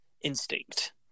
instinct